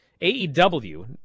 AEW